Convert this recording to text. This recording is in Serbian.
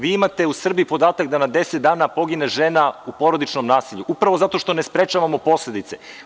Vi imate u Srbiji podatak da na deset dana pogine žena u porodičnom nasilju upravo zato što ne sprečavamo posledice.